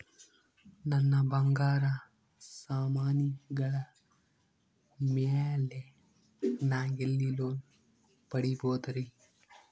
ನನ್ನ ಬಂಗಾರ ಸಾಮಾನಿಗಳ ಮ್ಯಾಲೆ ನಾ ಎಲ್ಲಿ ಲೋನ್ ಪಡಿಬೋದರಿ?